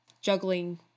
juggling